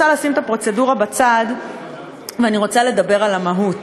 אני רוצה לשים את הפרוצדורה בצד ואני רוצה לדבר על המהות.